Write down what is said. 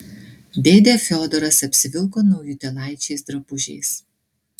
dėdė fiodoras apsivilko naujutėlaičiais drabužiais